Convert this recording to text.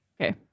Okay